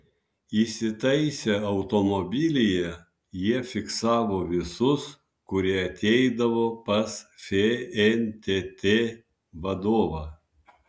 įsitaisę automobilyje jie fiksavo visus kurie ateidavo pas fntt vadovą